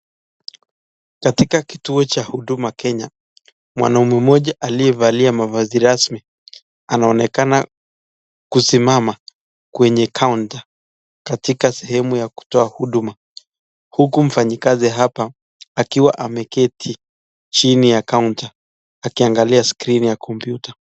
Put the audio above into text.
Katika kituo cha huduma kenya mwanaume mmoja aliyevalia mavazi rasmi anaonekana kusimama kwenye kaunta katika sehemu ya kutoa huduma huku mfanyakazi hapa akiwa ameketi chini ya kaunta akiangalia skrini ya kompyuta.